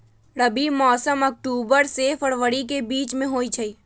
रबी मौसम अक्टूबर से फ़रवरी के बीच में होई छई